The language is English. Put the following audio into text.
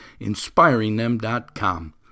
Inspiringthem.com